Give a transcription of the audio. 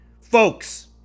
folks